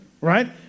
right